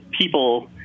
people